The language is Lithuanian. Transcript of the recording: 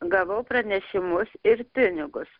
gavau pranešimus ir pinigus